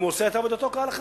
אם הוא עושה עבודתו כהלכה.